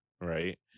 Right